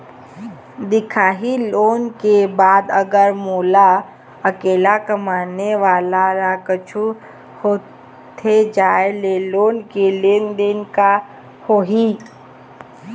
दिखाही लोन ले के बाद अगर मोला अकेला कमाने वाला ला कुछू होथे जाय ले लोन के लेनदेन के का होही?